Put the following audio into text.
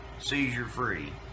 seizure-free